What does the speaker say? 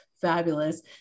fabulous